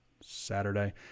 Saturday